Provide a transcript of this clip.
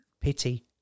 pity